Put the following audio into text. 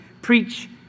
Preach